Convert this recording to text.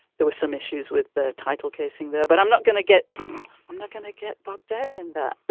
there were some issues with the title casing there, but i'm not gonna get i'm not going to get bogged down in that.